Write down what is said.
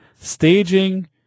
staging